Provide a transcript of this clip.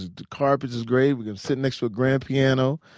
the carpet's great, we can sit next to a grand piano.